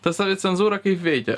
ta savicenzūra kaip veikia